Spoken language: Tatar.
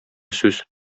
сүз